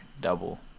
Double